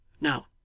now